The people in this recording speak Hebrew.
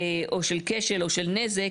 או של כשל או של נזק,